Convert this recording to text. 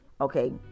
Okay